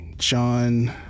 John